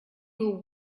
will